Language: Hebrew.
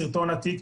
בסדר, אבל בקש